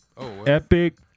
Epic